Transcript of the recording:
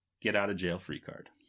get-out-of-jail-free-card